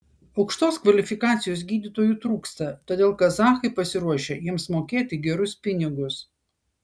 aukštos kvalifikacijos gydytojų trūksta todėl kazachai pasiruošę jiems mokėti gerus pinigus